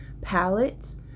palettes